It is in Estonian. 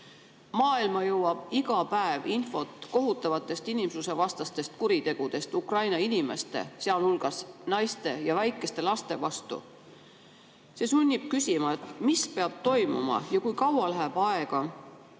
Maailma jõuab iga päev infot kohutavatest inimsusevastastest kuritegudest Ukraina inimeste, sealhulgas naiste ja väikeste laste vastu. See sunnib küsima, mis peab toimuma ja kui kaua läheb aega,